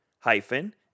Hyphen